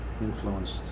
influenced